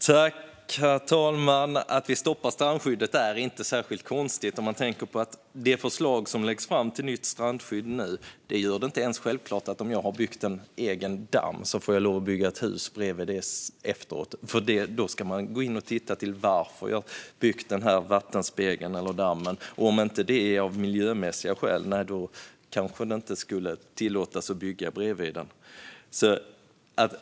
Herr talman! Att vi stoppar förslaget om strandskyddet är inte särskilt konstigt om man tänker på att det som föreslås inte ens gör det självklart att den som har byggt en egen damm får lov att bygga hus bredvid den efteråt. Då ska man nämligen gå in och titta på varför jag har byggt vattenspegeln eller dammen, och om det inte är av miljömässiga skäl kanske man inte skulle tillåta att jag bygger bredvid den.